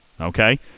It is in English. Okay